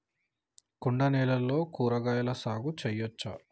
కొండ నేలల్లో కూరగాయల సాగు చేయచ్చా?